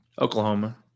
Oklahoma